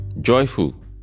joyful